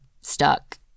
stuck